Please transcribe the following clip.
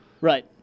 Right